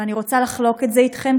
ואני רוצה לחלוק את זה אתכם,